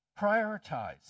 Prioritize